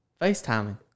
FaceTiming